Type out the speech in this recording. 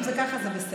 אם זה ככה זה בסדר.